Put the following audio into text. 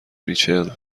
ریچل